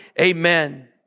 Amen